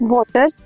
Water